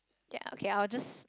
ya okay I'll just